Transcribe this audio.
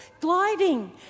gliding